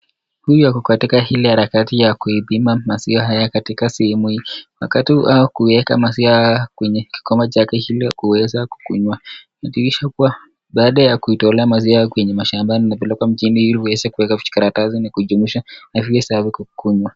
Huyu ako katika ile harakati ya kuipima maziwa katika sahemu hii. Wakati huu anaeka maziwa kwenye kikombe chake ili kuweza kukunywa. Ni thibitisho kuwa baada ya kutolea maziwa kwenye mashambani kupeleka mjini kuweka kwenye karatasi ili waweze kukunywa.